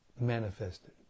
manifested